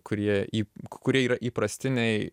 kurie į kurie yra įprastiniai